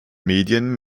medien